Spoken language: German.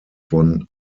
von